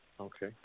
Okay